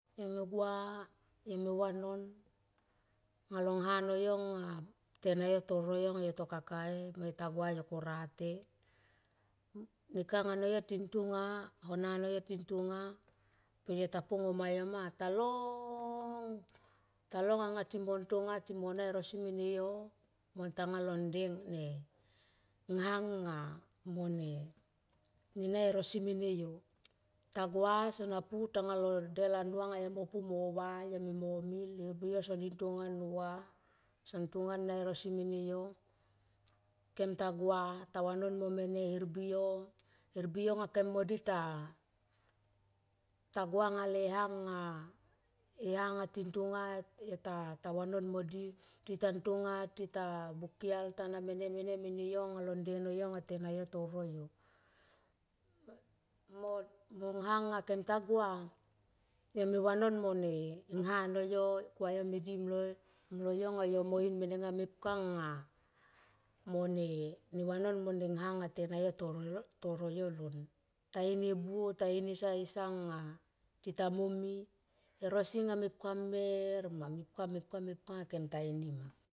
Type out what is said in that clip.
Yo me gua yo me vanon anga lo ngha no yo ngatena yo to royo nga yo to kaka e mo yo ta gua kora te. Nekang ano yo tin tonga hona no yo ting tong nga per yo ta po ngo ma yo ma ta long, talong anga timon tonga timo na e rosi mene yo mo tanga lo nde ne ngha nga mone na e rosi mene yo tagua sona pu tanga lo delanua nga yo mo pu mo va yo mimo mil. Herembi yo son nintonga mu va son tonga nai e rosi mene yo kem ta gua tavanon mo mene hermbi yo. Hermbi yo kem mo di ta, ta gua anga le ha nga e ha nga tinto nga yota vanon mo di titan tonga tita bukial ta na mene mene mene yo nga lo nde no yo nga tena yo to royo. No ngha nga kem ta gua yo me vanon mone ngha no yo kua yo me mdimlo yo nga yo mo in mene nga mepka nga mo ne vanon mo ne ngha nga tena yo toro yo lon ta in e buo ta in esa esa nga tita momi erosi nga mepka mer ma a mepka mepka kemta ini ma.